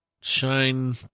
shine